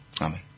Amen